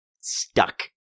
stuck